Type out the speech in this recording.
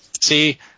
See